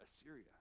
Assyria